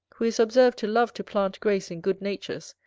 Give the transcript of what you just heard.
who is observed to love to plant grace in good natures,